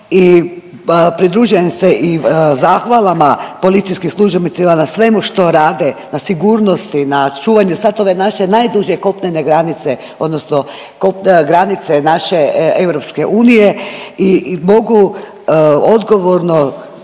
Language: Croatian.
i pridružujem se i zahvalama policijskim službenicima na svemu što rade, na sigurnosti, na čuvanju sad ove naše najduže kopnene granice odnosno granice naše EU i mogu odgovorno